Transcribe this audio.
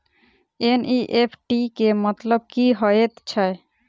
NEFT केँ मतलब की हएत छै?